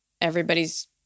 everybody's